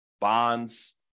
bonds